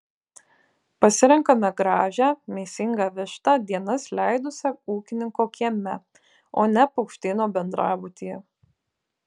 pasirenkame gražią mėsingą vištą dienas leidusią ūkininko kieme o ne paukštyno bendrabutyje